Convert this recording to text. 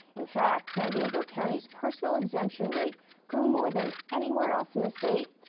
in fact, san diego county's personal exception rate grew more than anywhere else in the state.